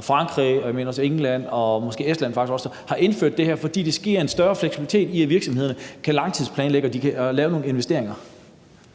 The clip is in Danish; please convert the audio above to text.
Frankrig og også England, mener jeg, og måske faktisk også Estland, som har indført det her, fordi det giver en større fleksibilitet til virksomhederne med hensyn til at kunne langtidsplanlægge og lave nogle investeringer.